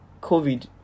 COVID